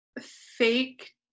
fake